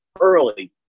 early